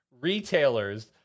retailers